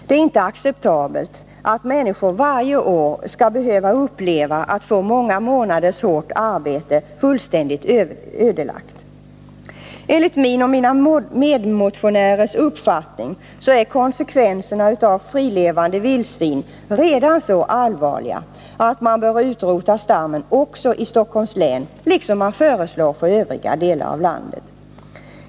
Det är inte acceptabelt att människor varje år skall behöva uppleva att många månaders hårt arbete blir fullständigt ödelagt. Enligt min och mina medmotionärers uppfattning är konsekvenserna av frilevande vildsvin redan nu så allvarliga att man bör utrota stammen också i Stockholms län, liksom man föreslår detta för övriga delar av landet.